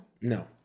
No